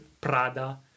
Prada